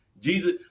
jesus